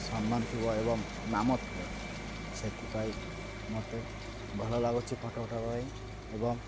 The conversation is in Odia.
ସମ୍ମାନ ଥିବ ଏବଂ ନାମ ଥିବ ସେଥିପାଇଁ ମତେ ଭଲ ଲାଗୁଛି ଫଟୋ ଉଠବା ପାଇଁ ଏବଂ